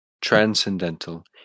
transcendental